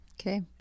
Okay